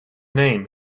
name